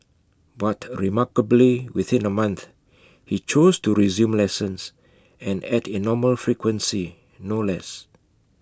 but remarkably within A month he chose to resume lessons and at A normal frequency no less